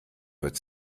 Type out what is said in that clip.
wird